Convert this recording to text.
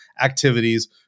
activities